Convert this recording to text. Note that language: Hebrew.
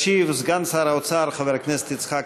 ישיב סגן שר האוצר, חבר הכנסת יצחק כהן,